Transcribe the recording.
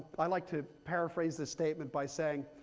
i like to paraphrase the statement by saying,